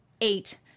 eight